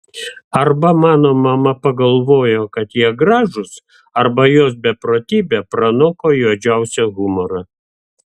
arba mano mama pagalvojo kad jie gražūs arba jos beprotybė pranoko juodžiausią humorą